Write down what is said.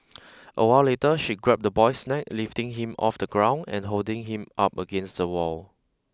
a while later she grabbed the boy's neck lifting him off the ground and holding him up against the wall